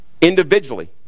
Individually